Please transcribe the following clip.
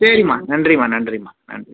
சரிம்மா நன்றிம்மா நன்றிம்மா நன்றி